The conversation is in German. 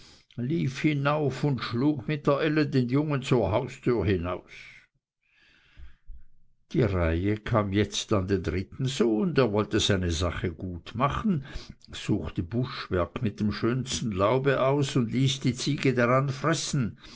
lief hinauf und schlug mit der elle den jungen zur haustüre hinaus die reihe kam jetzt an den dritten sohn der wollte seine sache gut machen suchte buschwerk mit dem schönsten laube aus und ließ die ziege daran fressen